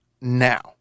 now